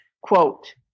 quote